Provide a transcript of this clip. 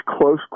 close